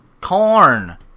Corn